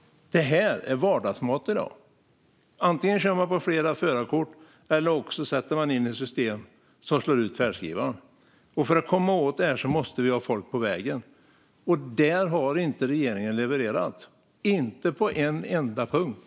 Det är vardagsmat i dag. Antingen kör man på flera förarkort eller också sätter man in ett system som slår ut färdskrivaren. För att komma åt detta måste vi ha folk på vägen. Där har regeringen inte levererat, inte på en enda punkt.